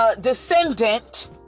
descendant